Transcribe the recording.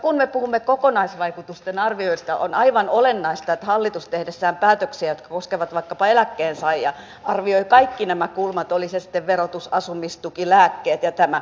kun me puhumme kokonaisvaikutusten arvioista on aivan olennaista että hallitus tehdessään päätöksiä jotka koskevat vaikkapa eläkkeensaajia arvioi kaikki nämä kulmat oli se sitten verotus asumistuki lääkkeet tai tämä